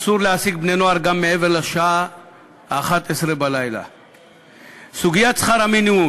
אסור להעסיק בני-נוער גם מעבר לשעה 23:00. סוגיית שכר המינימום,